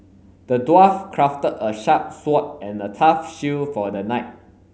the dwarf crafted a sharp sword and a tough shield for the knight